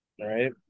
right